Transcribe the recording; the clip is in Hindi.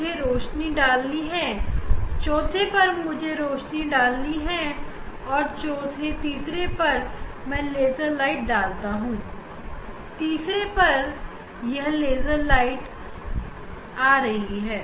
मुझे रोशनी डालनी है चौथे पर मुझे रोशनी डालनी है चौथे तीसरे पर मैं लेजर लाइट डालता हूं तीसरे पर यह लेजर लाइट लेजर लाइट आ रहा है